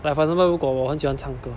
like for example 如果我很喜欢唱歌